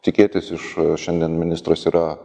tikėtis iš šiandien ministras yra